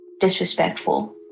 disrespectful